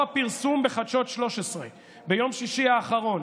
לאור הפרסום בחדשות 13 ביום שישי האחרון,